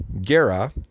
Gera